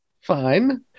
Fine